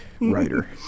Writer